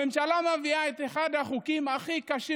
הממשלה מביאה את אחד החוקים הכי קשים